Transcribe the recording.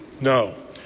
No